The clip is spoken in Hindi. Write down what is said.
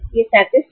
यहाँ यह 37 है